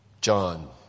John